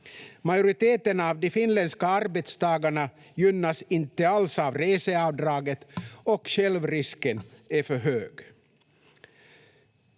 Majoriteten av de finländska arbetstagarna gynnas inte alls av reseavdraget och självrisken är för hög.